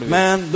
man